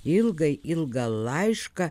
ilgai ilgą laišką